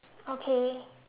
okay